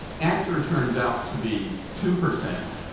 answer turns out to be two percent.